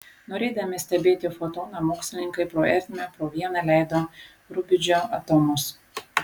norėdami stebėti fotoną mokslininkai pro ertmę po vieną leido rubidžio atomus